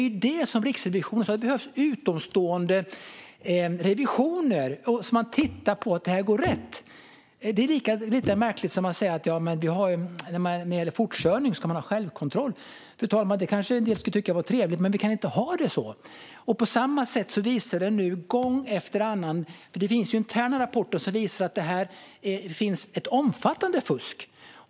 Det är det här som Riksrevisionen pekade på, alltså att det behövs utomstående revisioner där man tittar på att det här går rätt till. Som det är nu är lika märkligt som att säga att man skulle ha självkontroll när det gäller fortkörning. Det skulle kanske en del tycka var trevligt, fru talman, men vi kan inte ha det så. Gång efter annan visar nu interna rapporter att det finns ett omfattande fusk.